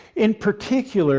in particular